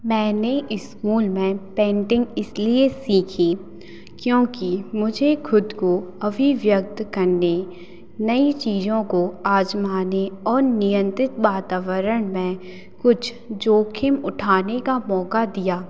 मैंने स्कूल में पेंटिंग इसलिए सीखी क्योंकि मुझे खुद को अभिव्यक्त करने नई चीज़ों को आजमाने और नियंत्रित वातावरण में कुछ जोखिम उठाने का मौका दिया